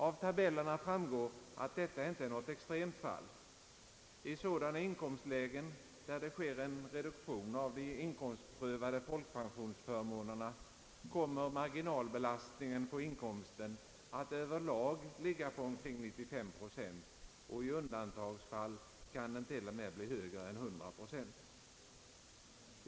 Av tabellerna framgår att detta inte är något extremt fall. I sådana inkomstlägen där det sker en reduktion av de inkomstprövade folkpensionsförmånerna kommer marginalbelastningen på inkomsten att över lag ligga på omkring 95 procent, och i undantagsfall kan den till och med bli högre än 100 procent.